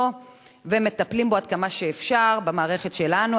ומטפלים בו עד כמה שאפשר במערכת שלנו.